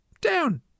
down